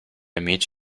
meet